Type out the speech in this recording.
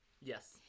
Yes